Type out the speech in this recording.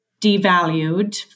devalued